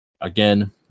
Again